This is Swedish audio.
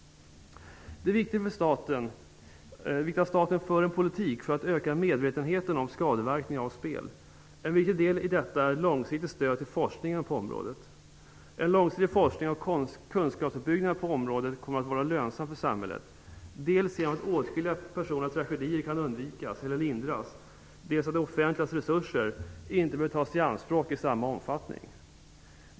Det är viktigt att staten för en politik för att öka medvetenheten om skadeverkningar av spel. En viktig del i detta är ett långsiktigt stöd till forskningen på området. En långsiktig forskning och kunskapsuppbyggnad på området kommer att vara lönsam för samhället, dels genom att åtskilliga personliga tragedier kan undvikas eller lindras, dels genom att det offentligas resurser inte behöver tas i anspråk i samma omfattning.